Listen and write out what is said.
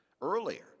earlier